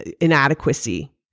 inadequacy